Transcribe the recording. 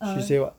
she say [what]